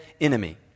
enemy